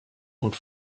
und